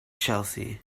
chelsea